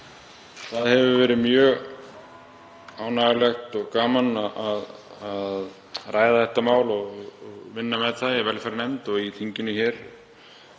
Það hefur verið mjög ánægjulegt og gaman að ræða þetta mál og vinna með það í velferðarnefnd og í þinginu,